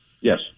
Yes